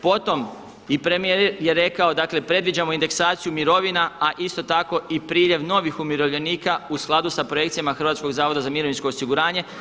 Potom, i premijer je rekao, dakle, predviđamo indeksaciju mirovina, a isto tako i priljev novih umirovljenika u skladu s projekcijama Hrvatskog zavoda za mirovinsko osiguranje.